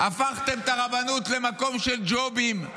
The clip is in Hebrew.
הפכתם את הרבנות למקום של ג'ובים,